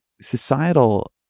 societal